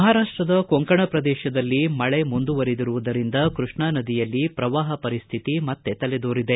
ಮಹಾರಾಷ್ಟದ ಕೊಂಕಣ ಪ್ರದೇಶದಲ್ಲಿ ಮಳೆ ಮುಂದುವರಿದಿರುವುದರಿಂದ ಕೃಷ್ಣಾ ನದಿಯಲ್ಲಿ ಪ್ರವಾಹ ಪರಿಸ್ಥಿತಿ ಮತ್ತ ತಲೆದೋರಿದೆ